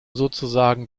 sozusagen